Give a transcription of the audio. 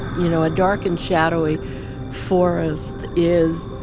you know, a dark and shadowy forest is